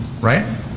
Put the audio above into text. right